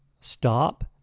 Stop